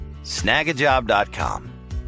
Snagajob.com